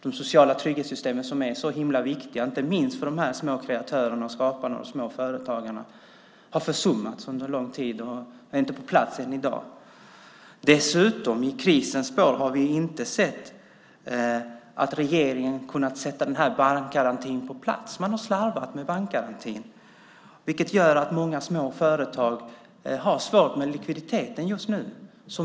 De sociala trygghetssystemen, som är mycket viktiga för dessa små kreatörer och småföretagare, har försummats under lång tid och är inte på plats. I krisens spår har vi heller inte kunnat se att regeringen har fått bankgarantin på plats. Man har slarvat med den, vilket gör att många små företag har svårt med likviditeten just nu.